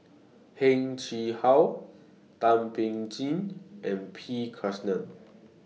Heng Chee How Thum Ping Tjin and P Krishnan